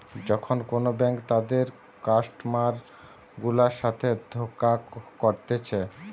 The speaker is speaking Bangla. যখন কোন ব্যাঙ্ক তাদের কাস্টমার গুলার সাথে ধোকা করতিছে